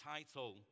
title